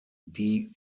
die